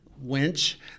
winch